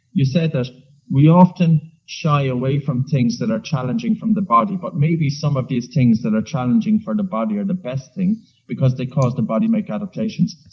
you said that we often shy away from things that are challenging from the body, but maybe some of these things that are challenging for the and body are and the best things because they cause the body make adaptations.